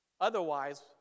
Otherwise